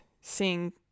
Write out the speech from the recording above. seeing